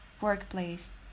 workplace